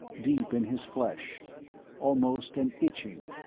deep in his flesh almost an itching,